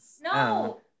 no